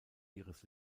ihres